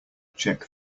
check